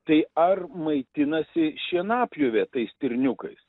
tai ar maitinasi šienapjovė tai stirniukais